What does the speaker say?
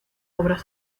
obras